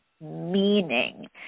meaning